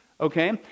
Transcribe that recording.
Okay